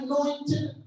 anointed